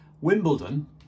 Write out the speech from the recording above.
wimbledon